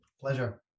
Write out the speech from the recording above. Pleasure